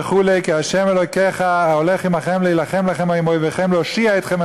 וכו'; כי ה' אלוקיכם ההולך עמכם להילחם לכם עם אויביכם להושיע אתכם,